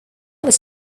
was